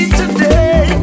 today